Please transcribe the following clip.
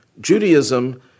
Judaism